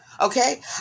Okay